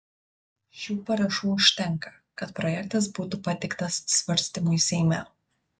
šių parašų užtenka kad projektas būtų pateiktas svarstymui seime